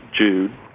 Jude